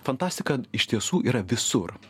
fantastika iš tiesų yra visur